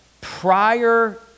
prior